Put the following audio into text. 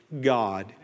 God